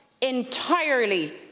entirely